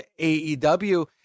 AEW